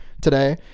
today